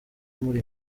umuri